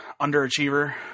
underachiever